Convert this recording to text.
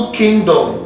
kingdom